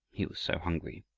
he was so hungry.